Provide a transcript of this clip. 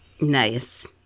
Nice